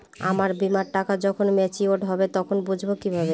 আমার বীমার টাকা যখন মেচিওড হবে তখন বুঝবো কিভাবে?